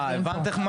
אה, הבנת איך,